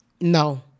No